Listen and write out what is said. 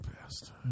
past